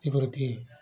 ସେଥି ପ୍ରତି